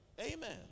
Amen